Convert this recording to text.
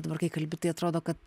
dabar kai kalbi tai atrodo kad